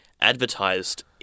advertised